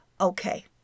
okay